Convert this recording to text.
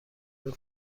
آیا